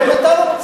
אם אתה לא,